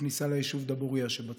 בכניסה ליישוב דבורייה שבצפון.